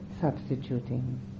substituting